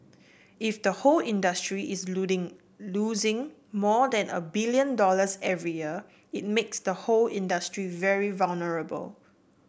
if the whole industry is losing losing more than a billion dollars every year it makes the whole industry very vulnerable